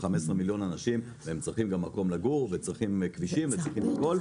15 מיליון אנשים והם צריכים גם מקום לגור וצריכים כבישים וצריכים הכול.